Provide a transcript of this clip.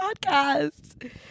podcast